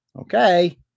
okay